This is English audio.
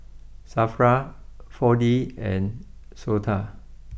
Safra four D and Sota